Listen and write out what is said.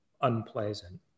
unpleasant